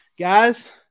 Guys